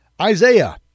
Isaiah